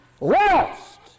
lost